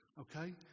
okay